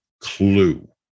clue